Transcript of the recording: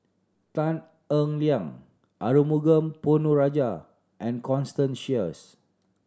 Tan Eng Liang Arumugam Ponnu Rajah and Constance Sheares